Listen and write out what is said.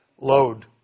load